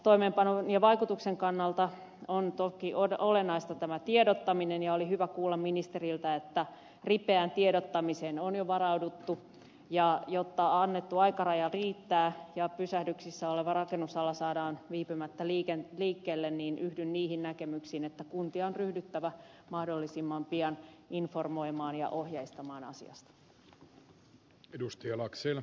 toimeenpanon ja vaikutuksen kannalta on toki olennaista tiedottaminen ja oli hyvä kuulla ministeriltä että ripeään tiedottamiseen on jo varauduttu ja jotta annettu aikaraja riittää ja pysähdyksissä oleva rakennusala saadaan viipymättä liikkeelle yhdyn niihin näkemyksiin että kuntia on ryhdyttävä mahdollisimman pian informoimaan ja ohjeistamaan asiasta